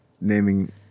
naming